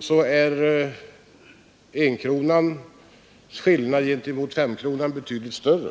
så är enkronans skillnad gentemot femkronan betydligt större.